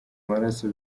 maraso